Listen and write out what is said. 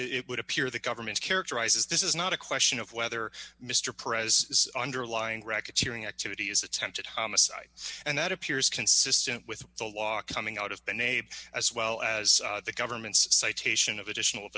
unlike it would appear the government characterizes this is not a question of whether mr pres underlying racketeering activity is attempted homicide and that appears consistent with the law coming out of the navy as well as the government's citation of additional